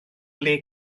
ble